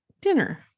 dinner